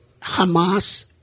Hamas